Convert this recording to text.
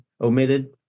omitted